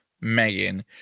Megan